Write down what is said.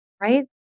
Right